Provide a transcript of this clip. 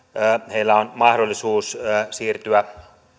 heillä on mahdollisuus siirtyä